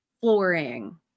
flooring